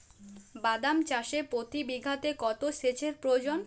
বাদাম চাষে প্রতি বিঘাতে কত সেচের প্রয়োজন?